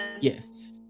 Yes